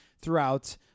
throughout